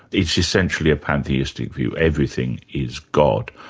it's essentially a pantheistic view everything is god.